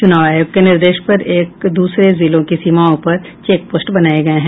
चुनाव आयोग के निर्देश पर एक दूसरे जिलों की सीमाओं पर चेक पोस्ट बनाये गये हैं